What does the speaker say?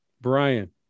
Brian